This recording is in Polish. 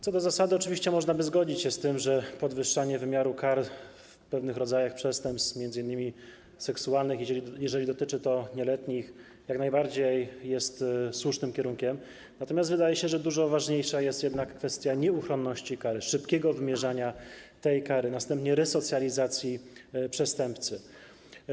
Co do zasady oczywiście można by zgodzić się z tym, że podwyższanie wymiaru kar w pewnych rodzajach przestępstw, m.in. seksualnych i jeżeli dotyczy to nieletnich, jak najbardziej jest słusznym kierunkiem, natomiast wydaje się, że dużo ważniejsza jest jednak kwestia nieuchronności kary, szybkiego wymierzania tej kary, a następnie resocjalizacji przestępcy.